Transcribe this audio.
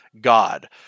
God